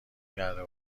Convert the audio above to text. کرده